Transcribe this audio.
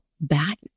back